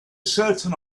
certain